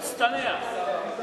תצטנע.